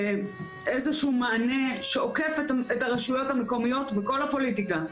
איזה שהוא מענה שעוקף את הרשויות המקומיות ואת כל הפוליטיקה,